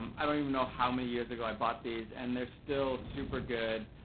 um i don't even know how many years ago i bought these, and they're still super good,